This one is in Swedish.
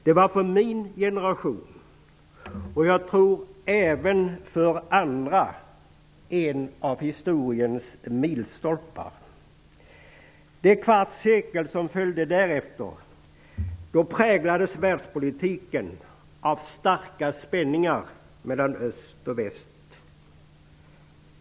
Det var för min generation, och även för andra, en av historiens milstolpar. Det kvartssekel som följde därefter präglades världspolitiken av starka spänningar mellan öst och väst.